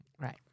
Right